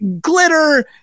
glitter